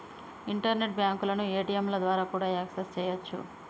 internet బ్యాంకులను ఏ.టీ.యంల ద్వారా కూడా యాక్సెస్ చెయ్యొచ్చు